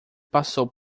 passou